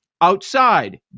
Outside